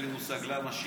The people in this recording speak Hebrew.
אין לי מושג למה,